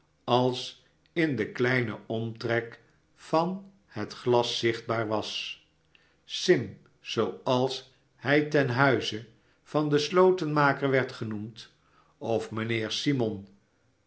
als in den kleinen omtrek van het glas zichtbaar was sim zooals hij ten huize van den slotenmaker werd genoemd of mijnheer simon